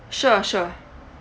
sure sure